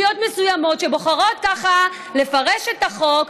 מסוימות שבוחרות לפרש ככה את החוק,